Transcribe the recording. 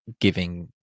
giving